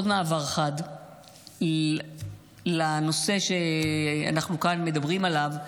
עוד מעבר חד לנושא שאנחנו מדברים עליו כאן,